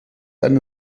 eine